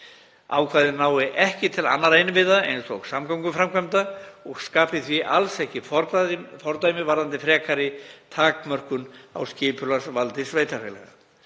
Ákvæðið nái ekki til annarra innviða eins og samgönguframkvæmda og skapi því alls ekki fordæmi varðandi frekari takmörkun á skipulagsvaldi sveitarfélaganna.